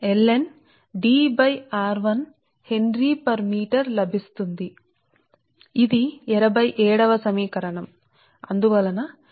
కాబట్టి నేరుగా మేము ఈ సమీకరణం లో ప్రతిక్షేపణ చేస్తున్నాము D1 మరియు D2 మీ D కి సమానం